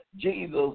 Jesus